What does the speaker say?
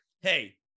Hey